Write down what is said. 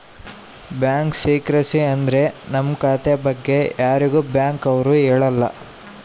bank secrecy ಅಂದ್ರ ನಮ್ ಖಾತೆ ಬಗ್ಗೆ ಯಾರಿಗೂ ಬ್ಯಾಂಕ್ ಅವ್ರು ಹೇಳಲ್ಲ